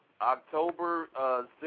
October